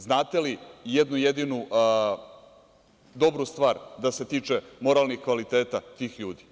Znate li jednu jedinu dobru stvar da se tiče moralnih kvaliteta tih ljudi?